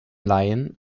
laien